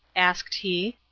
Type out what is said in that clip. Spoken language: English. asked he.